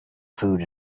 food